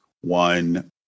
one